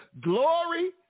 glory